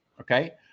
okay